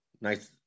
nice